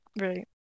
right